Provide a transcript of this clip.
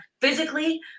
physically